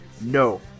no